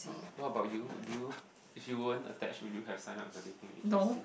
what about you would you if you weren't attached would you have signed up with a dating agency